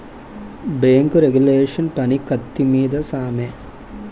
bank regulation పని కత్తి మీద సామే